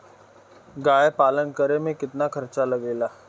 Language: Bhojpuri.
गाय पालन करे में कितना खर्चा लगेला?